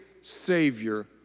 Savior